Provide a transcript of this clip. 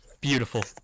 Beautiful